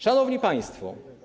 Szanowni Państwo!